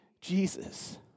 Jesus